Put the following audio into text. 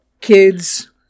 kids